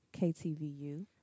KTVU